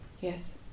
Yes